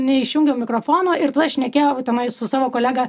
neišjungiau mikrofono ir tada šnekėjau tenai su savo kolega